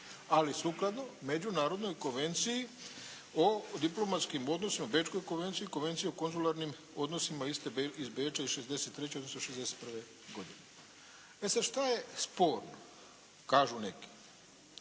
ali sukladno međunarodnoj konvenciji o diplomatskim odnosima, bečkoj konvenciji, konvenciji o konzularnim odnosima iz Beča iz 63. odnosno 61. godine. E sada šta je sporno, kažu neki.